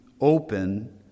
open